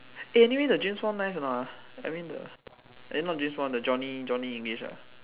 eh anyway the James Bond nice or not ah I mean the eh not James Bond the Johnny Johnny English ah